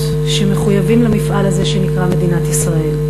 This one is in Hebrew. שמחויבים למפעל הזה שנקרא מדינת ישראל,